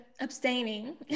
abstaining